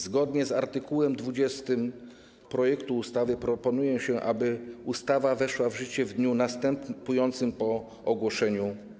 Zgodnie z art. 20 projektu ustawy proponuje się, aby ustawa weszła w życie w dniu następującym po dniu ogłoszenia.